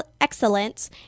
excellence